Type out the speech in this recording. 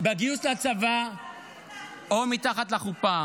בגיוס לצבא או מתחת לחופה.